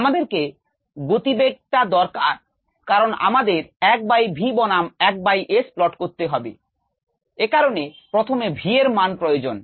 আমাদের গতিবেগটা দরকার কারণ আমাদের 1 বাই v বনাম 1 বাই s প্লট করতে হবে একারনে প্রথমে v এর মান প্রয়োজন